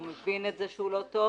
הוא מבין את זה שהוא לא טוב.